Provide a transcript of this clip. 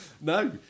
no